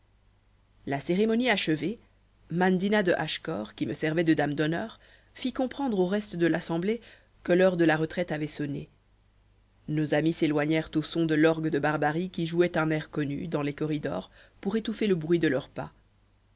la cérémonie achevée mandina de hachecor qui me servait de dame d'honneur fit comprendre au reste de l'assemblée que l'heure de la retraite avait sonné nos amis s'éloignèrent au son de l'orgue de barbarie qui jouait un air connu dans les corridors pour étouffer le bruit de leurs pas